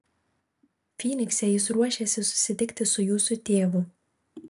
fynikse jis ruošėsi susitikti su jūsų tėvu